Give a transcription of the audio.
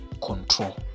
control